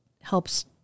helps